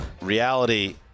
Reality